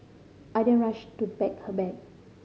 I then rushed to pack her bag